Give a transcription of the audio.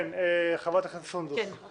כן, חברת הכנסת סונדוס.